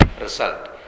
result